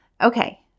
Okay